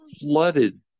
flooded